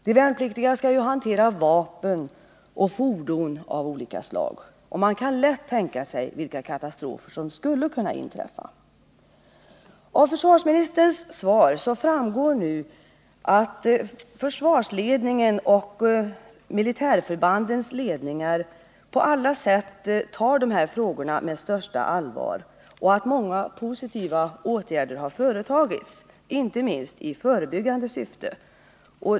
De värnpliktiga skall hantera olika sorters vapen och fordon, och man kan lätt tänka sig vilka katastrofer som skulle kunna inträffa. Av försvarsministerns svar framgår nu att försvarsledningen och militärförbandens ledningar tar de här frågorna med största allvar och att många positiva åtgärder har vidtagits, inte minst i förebyggande syfte.